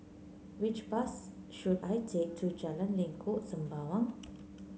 which bus should I take to Jalan Lengkok Sembawang